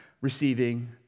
receiving